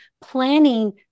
planning